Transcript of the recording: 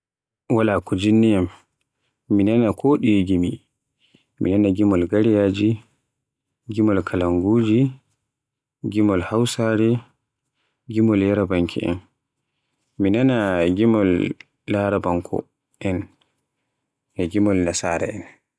Wala ko jinniyaan, mi nana ko ɗiye gimi mi nana gimol gareyaaji, gimol kalanguji, gimol hausare, gimol yarabanke en, mi nana gimol larabanko en e gimol nasara'en.